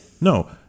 No